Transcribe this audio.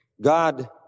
God